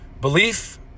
Belief